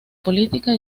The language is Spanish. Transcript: política